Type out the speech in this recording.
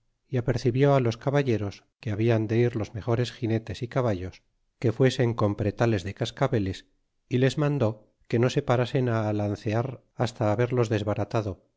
y apercibió los caballeros que habian de ir los mejores ginetes y caballos que fuesen con pretales de cascabeles y les ma n dó que no se parasen alancear hasta beberlos desbaratado